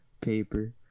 paper